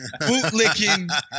bootlicking